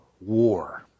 war